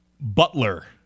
Butler